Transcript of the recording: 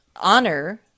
honor